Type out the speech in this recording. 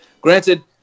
granted